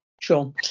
Sure